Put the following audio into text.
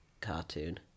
cartoon